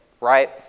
right